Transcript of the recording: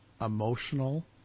emotional